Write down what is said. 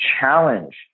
challenge